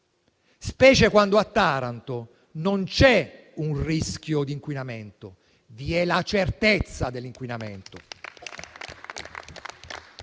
specialmente quando a Taranto c'è non un rischio di inquinamento, ma la certezza dell'inquinamento.